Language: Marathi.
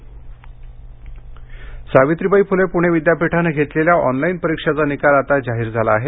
परिक्षा घोळ सावित्रीबाई फुले पुणे विद्यापीठानं घेतलेल्या ऑनलाइन परीक्षेचा निकाल आता जाहीर झाला आहे